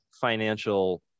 financial